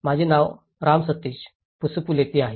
माझे नाव राम सतीश पासुपुलेती आहे